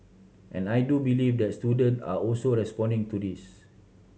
and I do believe the student are also responding to this